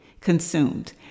consumed